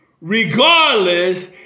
regardless